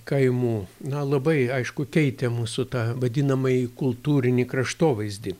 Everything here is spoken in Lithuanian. kaimų na labai aišku keitė mūsų tą vadinamąjį kultūrinį kraštovaizdį